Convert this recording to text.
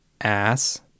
ass